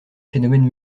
phénomène